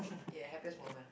ya happiest moment